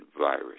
virus